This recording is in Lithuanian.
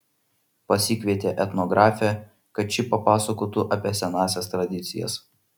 pasikvietė etnografę kad ši papasakotų apie senąsias tradicijas